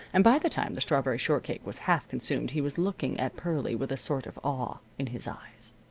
and by the time the strawberry shortcake was half consumed he was looking at pearlie with a sort of awe in his eyes.